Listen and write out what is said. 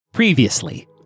Previously